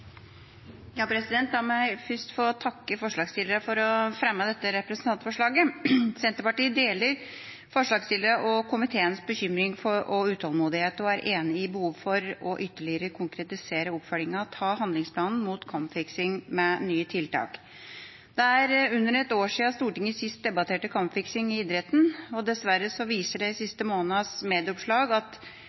La meg først få takke forslagsstillerne for å ha fremmet dette representantforslaget. Senterpartiet deler forslagsstillernes og komiteens bekymring og utålmodighet og er enig i behovet for ytterligere å konkretisere oppfølginga av handlingsplanen mot kampfiksing med nye tiltak. Det er under ett år siden Stortinget sist debatterte kampfiksing i idretten, og dessverre viser de siste månedenes medieoppslag at